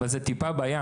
אבל זו טיפה בים,